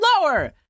lower